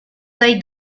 dai